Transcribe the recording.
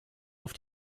auf